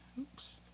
Oops